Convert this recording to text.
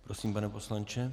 Prosím, pane poslanče.